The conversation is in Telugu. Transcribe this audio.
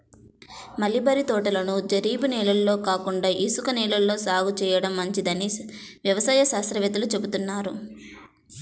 మలబరీ తోటలను జరీబు నేలల్లో కాకుండా ఇసుక నేలల్లో సాగు చేయడం మంచిదని వ్యవసాయ శాస్త్రవేత్తలు చెబుతున్నారు